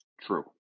True